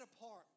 apart